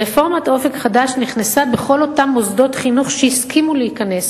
רפורמת "אופק חדש" נכנסה בכל אותם מוסדות חינוך שהסכימו להיכנס,